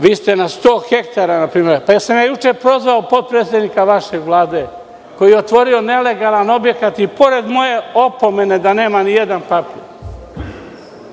vi ste na 100 ha… Jesam li juče prozvao potpredsednika vaše Vlade koji je otvorio nelegalan objekat i pored moje opomene da nema ni jedan papir,